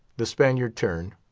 the spaniard turned,